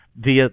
via